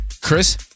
Chris